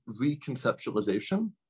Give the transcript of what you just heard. reconceptualization